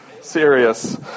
serious